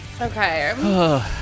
Okay